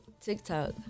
TikTok